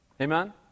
Amen